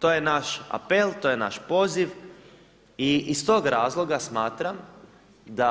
To je naš apel, to je naš poziv i iz tog razloga smatram da